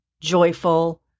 Joyful